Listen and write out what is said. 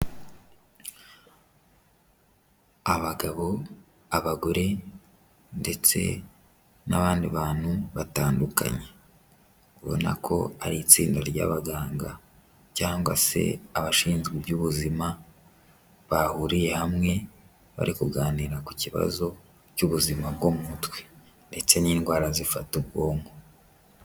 Abagabo, abagore ndetse n'abandi bantu batandukanye, ubona ko ari itsinda ry'abaganga cyangwa se abashinzwe iby'ubuzima bahuriye hamwe bari kuganira ku kibazo cy'ubuzima bwo mu mutwe ndetse n'indwara zifata ubwonko.